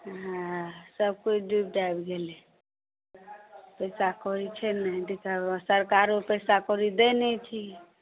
हँ सभकिछु डूबि डाबि गेलै पैसा कौड़ी छै नहि दूसरा गप सरकारो पैसा कौड़ी दै नहि छै